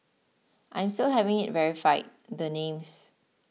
I'm still having it verified the names